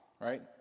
right